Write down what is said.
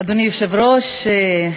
אדוני היושב-ראש,